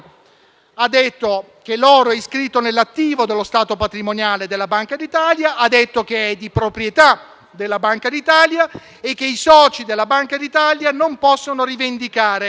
affermando che l'oro è iscritto nell'attivo dello stato patrimoniale della Banca d'Italia, che è di proprietà di tale Banca e che i soci della Banca d'Italia non possono rivendicare